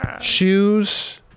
shoes